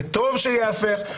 וטוב שייהפך.